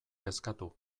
kezkatu